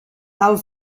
tal